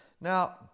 now